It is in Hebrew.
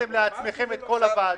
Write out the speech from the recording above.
לקחתם לעצמכם את כל הוועדות.